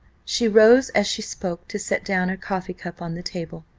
she rose as she spoke, to set down her coffee-cup on the table.